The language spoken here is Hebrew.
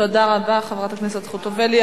תודה רבה לחברת הכנסת חוטובלי.